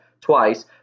twice